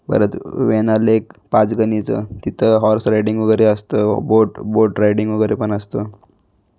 परत वेण्णा लेक पाचगणीचं तिथंं हॉर्स रायडींग वगैरे असतं बोट बोट रायडींग वगैरे पण असतं